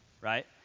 right